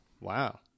wow